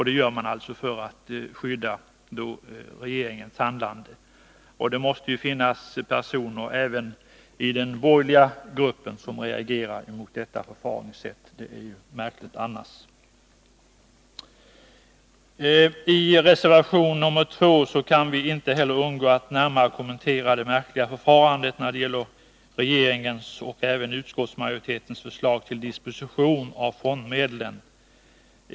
Det gör man alltså för att skydda regeringens handlande. Det måste finnas personer även i den borgerliga gruppen som reagerar mot detta förfaringssätt. Det är ju märkligt annars. I reservation nr 2 kan vi inte heller undgå att närmare kommentera det märkliga förfarandet när det gäller regeringens och även utskottsmajoritetens förslag till disposition av fondmedlen.